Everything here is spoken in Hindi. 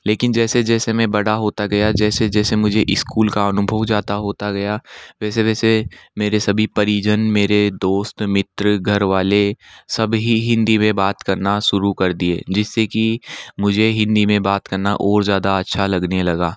लेकिन जैसे जैसे में बड़ा होता गया जैसे जैसे मुझे स्कूल का अनुभव ज़्यादा होता गया वैसे वैसे मेरे सभी परिजन मेरे दोस्त मित्र घर वाले सब ही हिंदी में बात करना शुरू कर दिए जिस से कि मुझे हिंदी में बात करना और ज़्यादा अच्छा लगने लगा